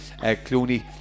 Clooney